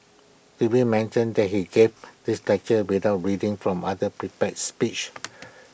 did we mention that he gave this lecture without reading from other prepared speech